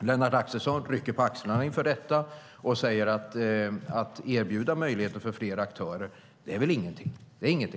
Lennart Axelsson rycker på axlarna inför detta; att erbjuda möjligheten för fler aktörer är väl ingenting, säger